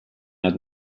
not